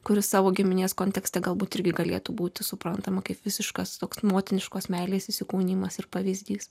kuri savo giminės kontekste galbūt irgi galėtų būti suprantama kaip visiškas toks motiniškos meilės įsikūnijimas ir pavyzdys